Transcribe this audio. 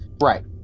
Right